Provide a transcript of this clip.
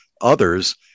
others